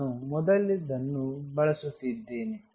ನಾನು ಮೊದಲಿನದನ್ನು ಬಳಸುತ್ತಿದ್ದೇನೆ